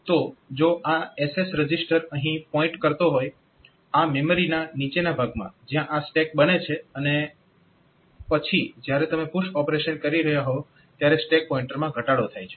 તો જો આ SS રજીસ્ટર અહીં પોઇન્ટ કરતો હોય આ મેમરીના નીચેના ભાગમાં જ્યાં આ સ્ટેક બને છે અને પછી જ્યારે તમે પુશ ઓપરેશન કરી રહ્યા હોવ ત્યારે સ્ટેક પોઇન્ટરમાં ઘટાડો થાય છે